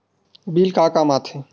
Bill का काम आ थे?